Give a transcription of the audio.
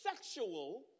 sexual